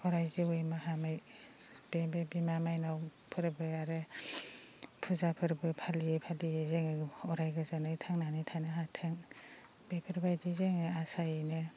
अराय जिउयै माहामै बिमा मायनाव फोरबो आरो फुजा फोरबो फालियै फालियै जोङो अराय गोजोनै थांनानै थानो हाथों बेफोरबायदि जोङो आसायैनो